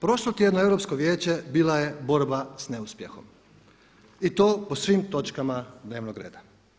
Prošlotjedno Europsko vijeće bila je borba s neuspjehom i to po svim točkama dnevnog reda.